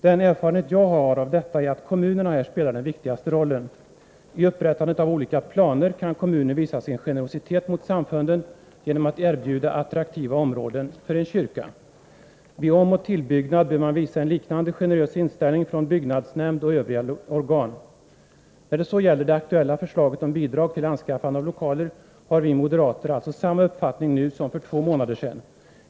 Den erfarenhet jag har av detta är att kommunerna här spelar den viktigaste rollen. I upprättande av olika planer kan kommunen visa sin generositet mot samfunden genom att erbjuda 167 attraktiva områden för en kyrka. Vid omoch tillbyggnad bör man visa en liknande generös inställning från byggnadsnämnd och övriga organ. När det så gäller det aktuella förslaget om bidrag till anskaffande av lokaler har vi moderater alltså samma uppfattning nu som för två månader sedan.